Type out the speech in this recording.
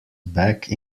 back